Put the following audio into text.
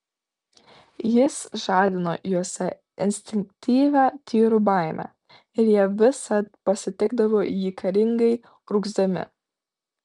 jis žadino juose instinktyvią tyrų baimę ir jie visad pasitikdavo jį karingai urgzdami